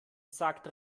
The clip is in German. sagt